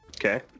Okay